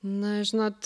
na žinot